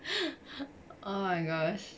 oh my gosh